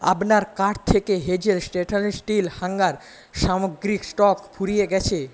আপনার কার্ট থেকে hazel still hanger সামগ্রীর স্টক ফুরিয়ে গেছে